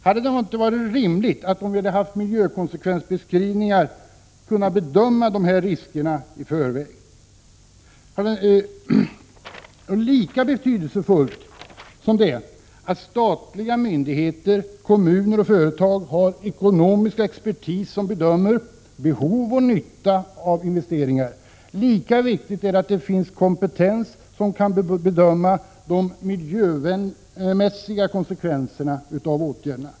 Hade det inte varit rimligt att vi hade haft miljökonsekvensbeskrivningar som hade gjort att vi kunnat bedöma riskerna i förväg? Lika betydelsefullt som det är att statliga myndigheter, kommuner och företag har ekonomisk expertis, som bedömer behov och nytta av investeringar, lika viktigt är det att det finns kompetens som kan bedöma de miljömässiga konsekvenserna av åtgärderna.